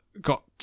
got